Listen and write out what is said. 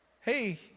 hey